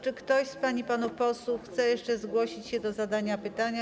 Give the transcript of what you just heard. Czy ktoś z pań i panów posłów chce jeszcze zgłosić się do zadania pytania?